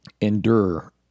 endure